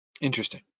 Interesting